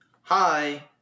Hi